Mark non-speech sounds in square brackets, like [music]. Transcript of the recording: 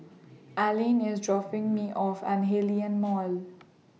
Aline IS dropping Me off At Hillion Mall [noise]